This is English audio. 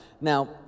Now